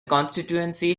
constituency